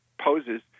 poses